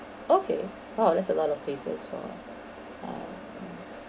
okay !wow! that's a lot of places for uh